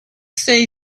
say